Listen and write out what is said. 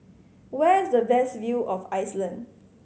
where is the best view of Iceland